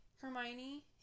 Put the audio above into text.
Hermione